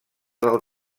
del